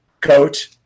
coach